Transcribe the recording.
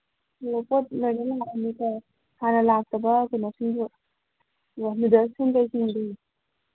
ꯄꯣꯠ ꯂꯣꯏꯅꯃꯛ ꯂꯩꯅꯤꯗ ꯍꯥꯟꯅ ꯂꯥꯛꯇꯕ ꯀꯩꯅꯣꯁꯤꯡꯁꯨ ꯅꯨꯗꯜꯁꯤꯡꯗꯣ ꯌꯦꯡꯗ꯭ꯔꯤ